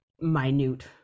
minute